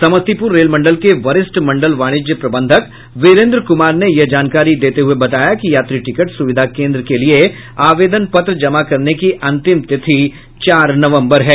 Samastipur rail मंडल के वरिष्ठ मंडल वाणिज्य प्रबंधक वीरेन्द्र कुमार ने यह जानकारी देते हुए बताया कि यात्री टिकट सुविधा केंद्र के लिए आवेदन पत्र जमा करने की अंतिम तिथि चार नवंबर है